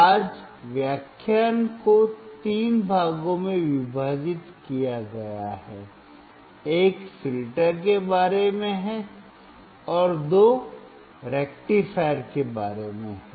आज के व्याख्यान को 3 भागों में विभाजित किया गया है एक फिल्टर के बारे में है और दो रेक्टिफायर के बारे में हैं